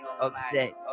upset